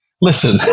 listen